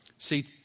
See